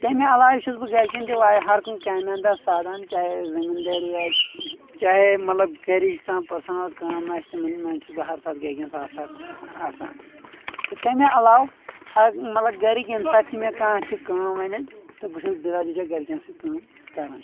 تمہِ علاوٕ چُھس بہٕ گرِکٮ۪ن تہِ واریاہ ہر کُنہِ کامہِ انٛدر سادن چاہے زٔمیٖندٲری آسہِ چاہے مطلب گرِچ کانٛہہ پٔرسنل کٲم آسہِ تِمن منٛز چھُس بہٕ ہر ساتہٕ گرِکٮ۪ن ساتھ ساتھ آسان تہٕ تمہِ علاوٕ اکھ مطلب گرِکۍ ییٚمہِ ساتہٕ تہِ مےٚ کانٛہہ تہِ کٲم ونن تہٕ بہٕ چھُس بِلا ججک گرِکٮ۪ن سۭتۍ کٲم کران